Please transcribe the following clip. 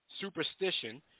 Superstition